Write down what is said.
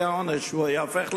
העונש הוא שהוא ייהפך לעני,